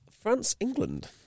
France-England